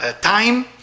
time